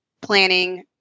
planning